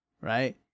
right